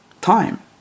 time